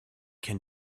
can